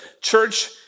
church